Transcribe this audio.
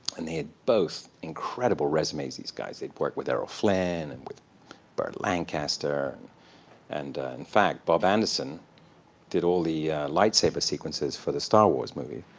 and they had both incredible resumes, these guys. they'd worked with errol flynn, and with burt lancaster and in fact, bob anderson did all the light saber sequences for the star wars movie.